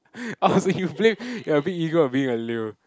I was like you blame your big ego on being a leo